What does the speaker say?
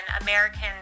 Americans